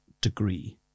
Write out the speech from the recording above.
degree